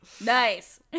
Nice